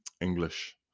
English